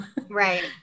Right